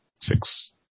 six